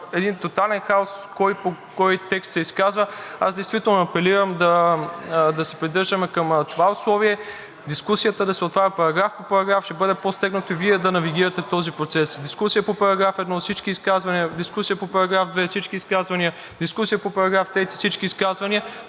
в тотален хаос кой по кой текст се изказва. Аз действително апелирам да се придържаме към това условие – дискусията да се отваря параграф по параграф. Ще бъде по-стегнато Вие да навигирате този процес: дискусия по § 1 – всички изказвания; дискусия по § 2 – всички изказвания; дискусия по § 3 – всички изказвания.